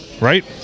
Right